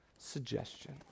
suggestion